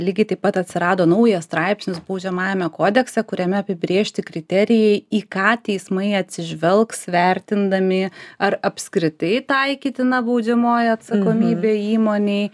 lygiai taip pat atsirado naujas straipsnis baudžiamajame kodekse kuriame apibrėžti kriterijai į ką teismai atsižvelgs vertindami ar apskritai taikytina baudžiamoji atsakomybė įmonei